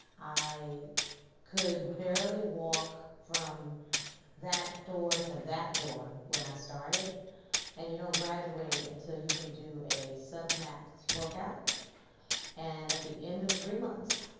i could barely walk from that door to that door when i started and you don't graduate until you can do a sub max workout and at the end of three months,